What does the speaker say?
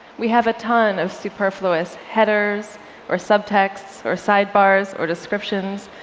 we have a ton of superfluous headers or subtexts or sidebars or descriptions,